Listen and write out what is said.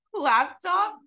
laptop